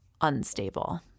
unstable